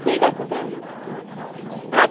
ঠিক আছে তাহলে রাখছি